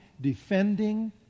defending